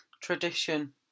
tradition